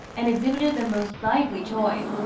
and exhibited the most lively joy.